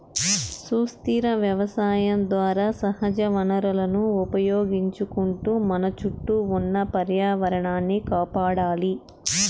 సుస్థిర వ్యవసాయం ద్వారా సహజ వనరులను వినియోగించుకుంటూ మన చుట్టూ ఉన్న పర్యావరణాన్ని కాపాడాలి